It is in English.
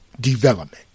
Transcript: development